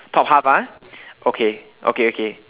top half ah okay okay okay